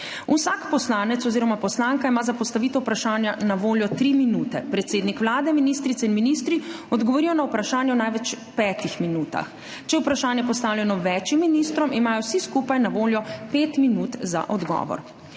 Vsak poslanec oziroma poslanka ima za postavitev vprašanja na voljo 3 minute, predsednik Vlade, ministrice in ministri odgovorijo na vprašanje v največ 5 minutah. Če je vprašanje postavljeno več ministrom, imajo vsi skupaj na voljo 5 minut za odgovor.